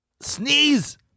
sneeze